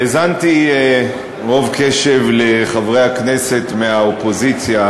האזנתי רוב קשב לחברי הכנסת מהאופוזיציה